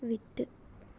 விட்டு